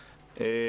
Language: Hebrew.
העבודה.